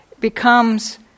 becomes